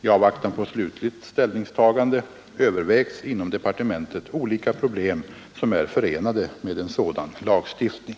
I avvaktan på slutligt ställningstagande övervägs inom departementet olika problem som är förenade med en sådan lagstiftning.